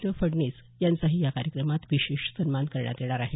the Phadnis यांचाही या कार्यक्रमात विशेष सन्मान करण्यात येणार आहे